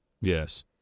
Yes